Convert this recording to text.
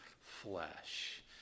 flesh